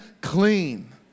clean